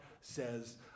says